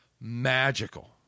magical